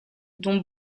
dont